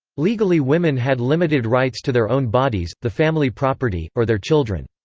legally women had limited rights to their own bodies, the family property, or their children.